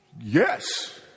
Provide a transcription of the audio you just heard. Yes